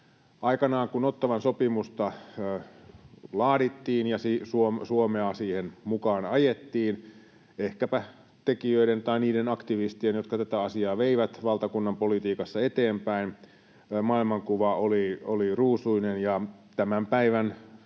Aikanaan kun Ottawan sopimusta laadittiin ja Suomea siihen mukaan ajettiin, ehkäpä niiden aktivistien, jotka tätä asiaa veivät valtakunnan politiikassa eteenpäin, maailmankuva oli ruusuinen, tämän päivän